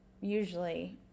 usually